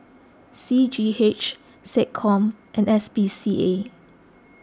C G H SecCom and S P C A